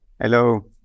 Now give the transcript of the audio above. Hello